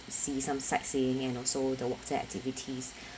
to see some sightseeing and also the water activities